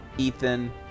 Ethan